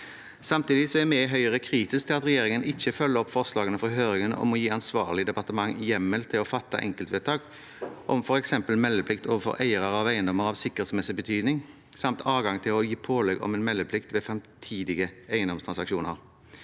Samtidig er vi i Høyre kritisk til at regjeringen ikke følger opp forslagene fra høringen om å gi ansvarlig departement hjemmel til å fatte enkeltvedtak om f.eks. meldeplikt overfor eiere av eiendommer av sikkerhetsmessig betydning samt adgang til å gi pålegg om en meldeplikt ved framtidige eiendomstransaksjoner.